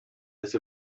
that